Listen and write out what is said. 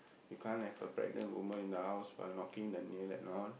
you can't have a pregnant woman in the house when knocking the nail and all